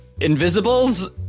Invisibles